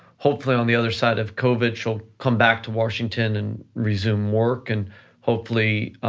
hopefully, on the other side of covid, she'll come back to washington and resume work, and hopefully,